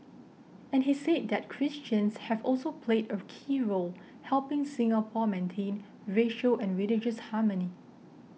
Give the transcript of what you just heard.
and he say that Christians have also played a key role helping Singapore maintain racial and religious harmony